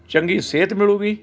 ਚੰਗੀ ਸਿਹਤ ਮਿਲੇਗੀ